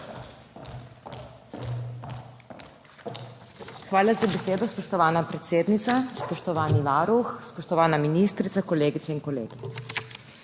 Hvala za besedo, spoštovana predsednica. Spoštovani varuh, spoštovana ministrica, kolegice in kolegi!